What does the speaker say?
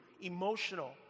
emotional